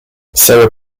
sarah